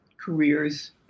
careers